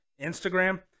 Instagram